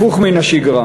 הפוך מן השגרה.